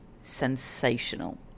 sensational